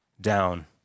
down